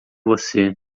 você